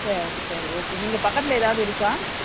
சரி சரி ஓகே நீங்கள் பக்கத்தில் ஏதாவது இருக்கா